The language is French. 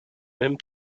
même